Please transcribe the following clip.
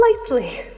lightly